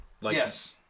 Yes